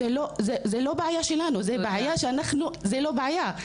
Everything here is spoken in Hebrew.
זו לא בעיה שלנו, זו לא בעיה.